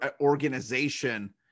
organization